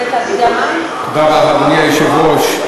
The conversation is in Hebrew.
תודה, אדוני היושב-ראש.